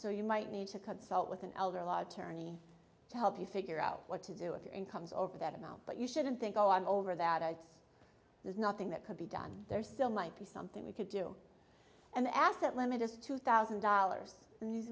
so you might need to consult with an elder law attorney to help you figure out what to do if your incomes over that amount but you shouldn't think oh i'm over that i guess there's nothing that could be done there still might be something we could do an asset limit is two thousand dollars and the